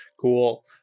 Cool